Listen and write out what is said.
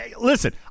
Listen